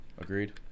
Agreed